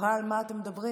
תוהה על מה אתם מדברים.